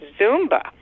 Zumba